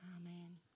Amen